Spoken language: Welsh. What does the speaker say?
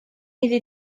iddi